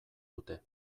dute